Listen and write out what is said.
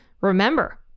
remember